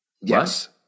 Yes